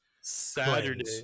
Saturday